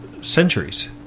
centuries